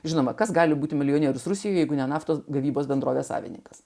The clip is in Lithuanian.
žinome kas gali būti milijonierius rusijoje jeigu ne naftos gavybos bendrovės savininkas